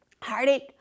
Heartache